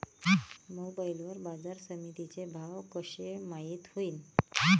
Mobile वर बाजारसमिती चे भाव कशे माईत होईन?